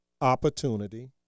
opportunity